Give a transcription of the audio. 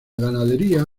ganadería